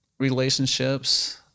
relationships